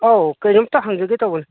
ꯑꯧ ꯀꯩꯅꯣꯝꯇ ꯍꯪꯖꯒꯦ ꯇꯧꯕꯅꯤ